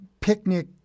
picnic